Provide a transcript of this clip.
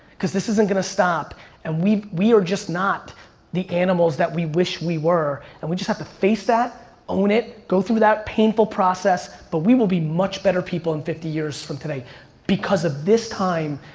cause this isn't gonna stop and we we are just not the animals that we wish we were and we just have to face that, own it, go through that painful process. but we will be much better people in fifty years from today because of this time,